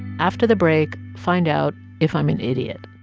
after the break, find out if i'm an idiot